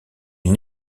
une